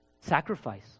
Sacrifice